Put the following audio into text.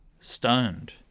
stoned